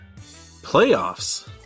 Playoffs